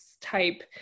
type